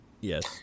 Yes